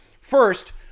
First